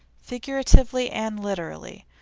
figuratively and literally,